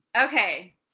Okay